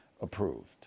approved